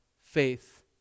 faith